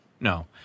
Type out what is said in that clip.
no